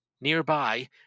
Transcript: Nearby